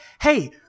Hey